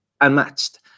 unmatched